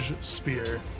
spear